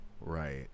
Right